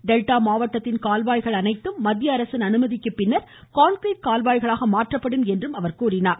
delta மாவட்டத்தின் கால்வாய்கள் அனைத்தும் மத்திய அரசின் அனுமதிக்கு பின்னர் கான்கிரீட் கால்வாய்களாக மாற்றப்படும் என்றார்